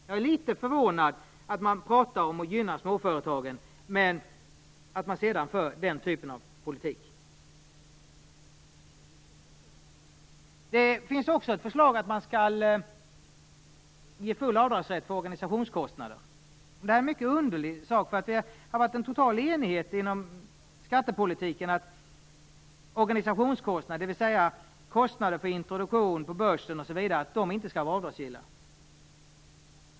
Jag är litet förvånad över att man talar om att gynna småföretagen men att man sedan för den typen av politik. Det finns också ett förslag om att man skall ge full avdragsrätt för organisationskostnader. Det är mycket underligt. Det har nämligen varit total enighet inom skattepolitiken om att organisationskostnader, dvs. kostnader för introduktion på börsen osv., inte skall vara avdragsgilla.